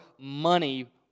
money